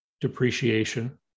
depreciation